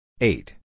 Eight